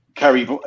carry